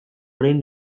orain